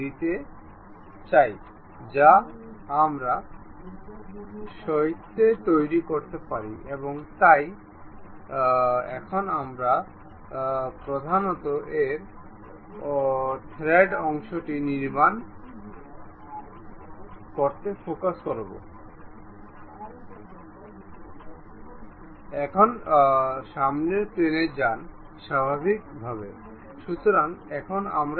এই প্যারালেল টি তৈরি করার জন্য আমরা এখানে ছোট উইন্ডোতে ক্লিক করব তারপরে ফেজ 1 এবং তারপরে ফেজ 2 শেষ মেটে ক্লিক করি